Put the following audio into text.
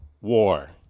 war